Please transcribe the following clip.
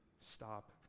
stop